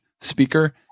speaker